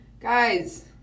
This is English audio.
Guys